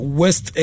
west